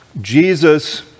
Jesus